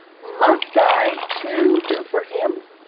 must i, too, do for him